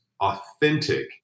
authentic